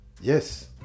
yes